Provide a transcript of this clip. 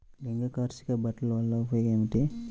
లింగాకర్షక బుట్టలు వలన ఉపయోగం ఏమిటి?